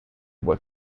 what